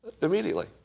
Immediately